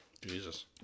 Jesus